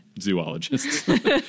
zoologists